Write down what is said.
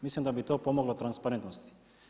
Mislim da bi to pomoglo transparentnosti.